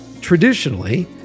traditionally